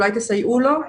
אולי תסייעו לו?